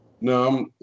No